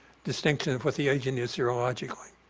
distinction of what the agent is serologically.